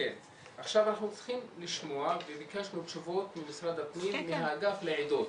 עכשיו אנחנו צריכים לשמוע וביקשנו תשובות ממשרד הפנים מהאגף לעדות,